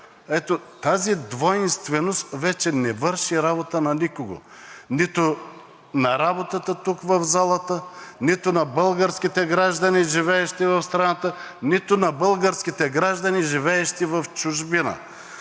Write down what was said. тази двойственост вече не върши работа на никого – нито на работата тук в залата, нито на българските граждани, живеещи в страната, нито на българските граждани, живеещи в чужбина.